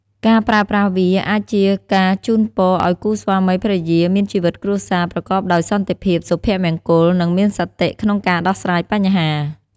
ការប្រើប្រាស់វាអាចជាការជូនពរឱ្យគូស្វាមីភរិយាមានជីវិតគ្រួសារប្រកបដោយសន្តិភាព សុភមង្គល និងមានសតិក្នុងការដោះស្រាយបញ្ហា។